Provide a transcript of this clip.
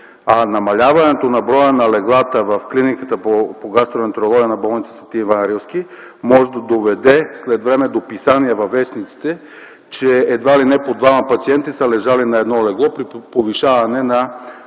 Намаляването на броя на леглата в Клиниката по гастроентерология на болницата „Св. Иван Рилски” може да доведе след време до писания във вестниците, че едва ли не по двама пациенти са лежали на едно легло при повишаване